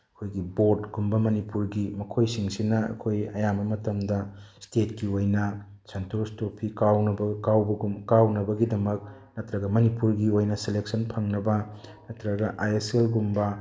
ꯑꯩꯈꯣꯏꯒꯤ ꯕꯣꯔꯠꯀꯨꯝꯕ ꯃꯅꯤꯄꯨꯔꯒꯤ ꯃꯈꯣꯏꯁꯤꯡꯁꯤꯅ ꯑꯩꯈꯣꯏ ꯑꯌꯥꯝꯕ ꯃꯇꯝꯗ ꯁ꯭ꯇꯦꯠꯀꯤ ꯑꯣꯏꯅ ꯁꯟꯇ꯭ꯔꯣꯁ ꯇ꯭ꯔꯣꯐꯤ ꯀꯥꯎꯅꯕ ꯀꯥꯎꯕꯒꯨꯝ ꯀꯥꯎꯅꯕꯒꯤꯗꯃꯛ ꯅꯠꯇ꯭ꯔꯒ ꯃꯅꯤꯄꯨꯔꯒꯤ ꯑꯣꯏꯅ ꯁꯦꯂꯦꯛꯁꯟ ꯐꯪꯂꯕ ꯅꯠꯇ꯭ꯔꯒ ꯑꯥꯏ ꯑꯦ ꯁꯦꯜꯒꯨꯝꯕ